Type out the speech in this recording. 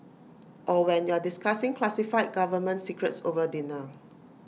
or when you're discussing classified government secrets over dinner